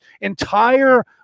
entire